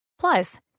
Plus